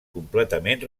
completament